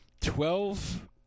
Twelve